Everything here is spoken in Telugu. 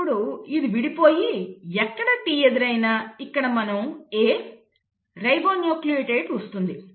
ఇప్పుడు ఇది విడిపోయి ఎక్కడ T ఎదురైనా ఇక్కడ మనం A రిబోన్యూక్లియోటైడ్ వస్తుంది